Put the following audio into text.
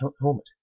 helmet